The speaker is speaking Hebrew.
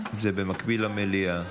זה במקביל למליאה.